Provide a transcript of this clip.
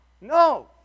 No